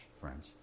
friends